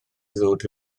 ddod